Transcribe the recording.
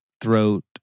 throat